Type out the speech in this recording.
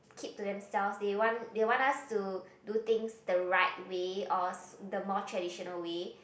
keep to themselves they want they want us to do things the right way or s~ the more traditional way